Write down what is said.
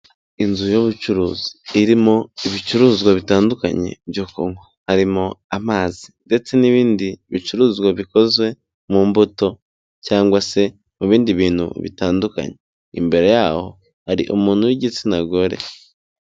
Inzu y'ubucuruzi irimo ibicuruzwa bitandukanye byo kunywa, harimo amazi ndetse n'ibindi bicuruzwa bikozwe mu mbuto cyangwa se mu bindi bintu bitandukanye, imbere yaho hari umuntu w'igitsina gore.